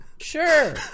Sure